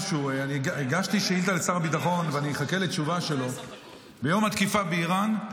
אינה נוכחת, חבר הכנסת מאיר כהן,